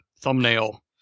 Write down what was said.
Thumbnail